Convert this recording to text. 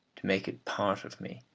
to make it part of me,